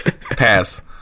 pass